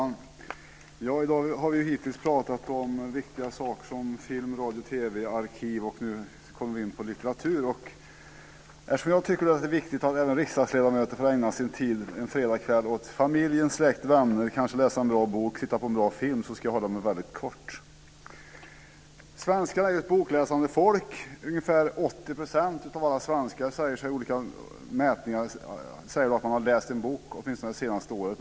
Fru talman! I dag har vi hittills pratat om viktiga saker som film, radio, TV, arkiv, och nu kommer vi in på litteratur. Eftersom jag tycker att det är viktigt att även riksdagsledamöter får ägna sin tid en fredagskväll åt familj, släkt, vänner - kanske läsa en bra bok eller titta på en bra film - ska jag hålla mig väldigt kort. Svenskarna är ett bokläsande folk. Ungefär 80 % av alla svenskar säger i olika mätningar att de har läst en bok, åtminstone det senaste året.